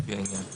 לפי העניין".